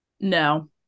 No